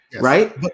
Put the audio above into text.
Right